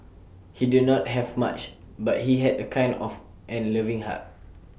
he did not have much but he had A kind of and loving heart